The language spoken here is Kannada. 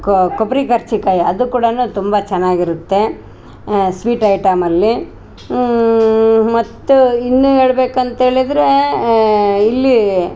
ಕ ಕೊಬ್ಬರಿ ಕರ್ಚಿಕಾಯ್ ಅದುಕೂಡಾನು ತುಂಬ ಚೆನ್ನಾಗಿ ಇರತ್ತೆ ಸ್ವೀಟ್ ಐಟಮಲ್ಲಿ ಮತ್ತು ಇನ್ನು ಹೇಳ್ಬೇಕಂತ ಹೇಳಿದ್ರೆ ಇಲ್ಲಿ